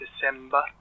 december